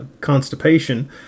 constipation